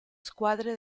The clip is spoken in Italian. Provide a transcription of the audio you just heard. squadre